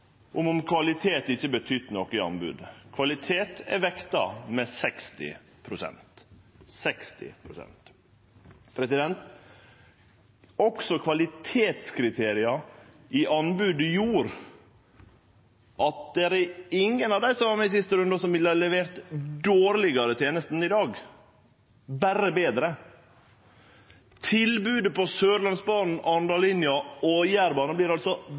som om kvalitet ikkje betydde noko i anbodet. Kvalitet er vekta med 60 pst. Kvalitetskriteria i anbodet gjorde at det er ingen av dei som var med i siste runde, som ville ha levert ein dårlegare teneste enn i dag, berre betre. Tilbodet på Sørlandsbanen, Arendalsbanen og Jærbanen vert altså